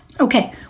Okay